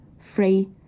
free